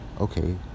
okay